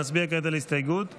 נצביע כעת על הסתייגות 7,